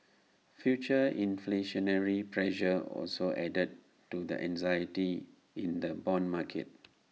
future inflationary pressure also added to the anxiety in the Bond market